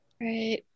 Right